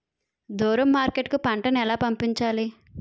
దూరం మార్కెట్ కు పంట ను ఎలా పంపించాలి?